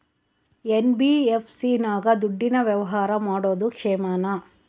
NBFC ನಾಗ ದುಡ್ಡಿನ ವ್ಯವಹಾರ ಮಾಡೋದು ಕ್ಷೇಮಾನ?